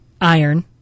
iron